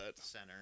center